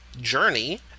journey